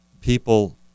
people